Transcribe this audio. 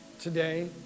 today